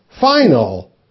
final